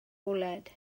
bwled